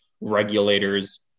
regulators